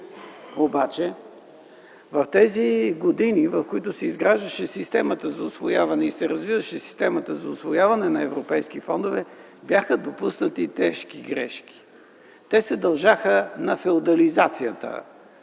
обаче, в тези години, в които се изграждаше системата за усвояване и се развиваше системата за усвояване на европейски фондове, бяха допуснати тежки грешки. Те се дължаха на феодализацията,